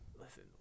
Listen